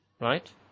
Right